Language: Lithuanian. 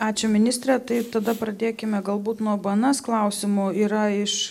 ačiū ministre taip tada pradėkime galbūt nuo bns klausimų yra iš